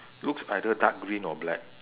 looks either dark green or black